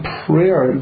prayer